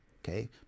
Okay